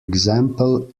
example